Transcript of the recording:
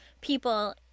people